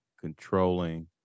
controlling